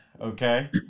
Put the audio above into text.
okay